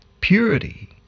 purity